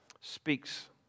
speaks